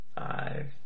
five